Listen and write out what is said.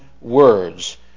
words